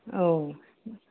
औ